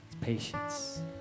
patience